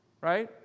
right